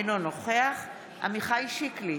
אינו נוכח עמיחי שיקלי,